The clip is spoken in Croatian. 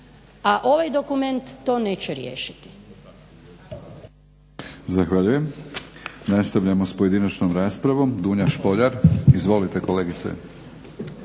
a ovaj dokument to neće riješiti.